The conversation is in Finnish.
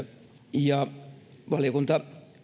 valiokunta